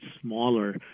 smaller